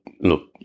look